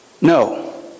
No